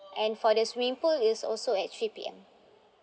and for the swimming pool is also at three P_M